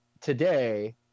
today